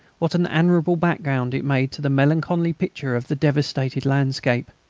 what an admirable background it made to the melancholy picture of the devastated landscape!